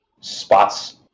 spots